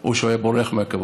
או שהוא היה בורח מהכבוד.